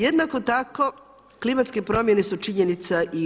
Jednako tako, klimatske promjene su činjenica i u RH.